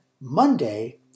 Monday